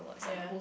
ya